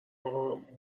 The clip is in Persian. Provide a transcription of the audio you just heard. اقا